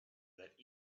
that